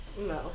No